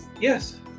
Yes